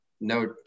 no